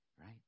right